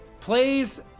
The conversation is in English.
plays